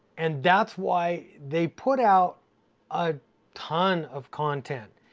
and that's why they put out a ton of content.